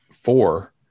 four